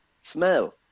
smell